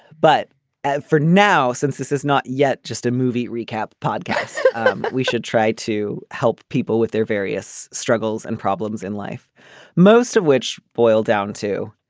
but for now since this is not yet just a movie recap podcast um but we should try to help people with their various struggles and problems in life most of which boil down to